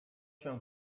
się